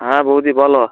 হ্যাঁ বউদি বলো